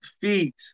feet